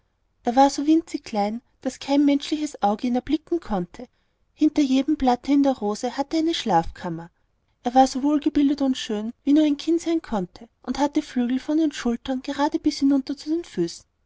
er war so winzig klein daß kein menschliches auge ihn erblicken konnte hinter jedem blatte in der rose hatte er eine schlafkammer er war so wohlgebildet und schön wie nur ein kind sein konnte und hatte flügel von den schultern bis gerade hinunter zu den füßen